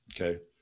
Okay